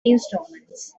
instalments